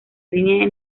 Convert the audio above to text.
línea